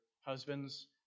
husbands